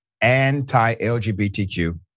anti-LGBTQ